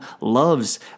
loves